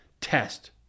test